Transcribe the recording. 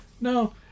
No